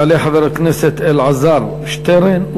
יעלה חבר הכנסת אלעזר שטרן.